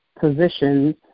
positions